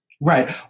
Right